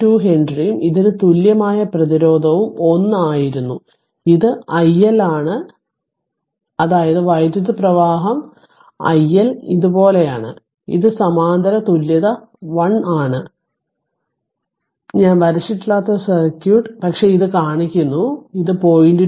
2 ഹെൻറിയും ഇതിന് തുല്യമായ പ്രതിരോധവും 1 ആയിരുന്നു ഇത് i L ആണ് ഇത് I L ആണ് അതായത് വൈദ്യുത പ്രവാഹം I L ഇതുപോലെയാണ് ഇത് സമാന്തര തുല്യത 1 ആണ് ഞാൻ വരച്ചിട്ടില്ലാത്ത സർക്യൂട്ട് പക്ഷേ ഇത് കാണിക്കുന്നു ഇത് 0